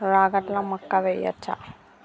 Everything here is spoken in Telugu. రాగట్ల మక్కా వెయ్యచ్చా?